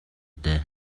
дээ